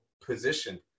position